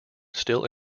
still